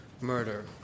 Murder